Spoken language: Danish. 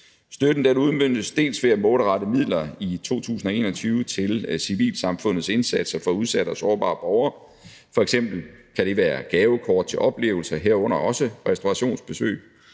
Støtten udmøntes bl.a. ved at målrette midler i 2021 til civilsamfundets indsatser for udsatte og sårbare borgere; det kan f.eks. være gavekort til oplevelser, herunder også restaurationsbesøg.